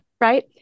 Right